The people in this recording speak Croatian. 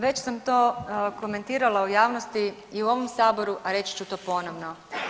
Već sam to komentirala u javnosti i u ovom saboru, a reći to ponovno.